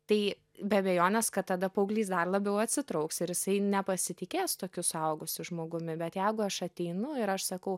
tai be abejonės kad tada paauglys dar labiau atsitrauks ir jisai nepasitikės tokiu suaugusiu žmogumi bet jeigu aš ateinu ir aš sakau